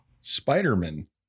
Spider-Man